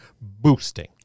boosting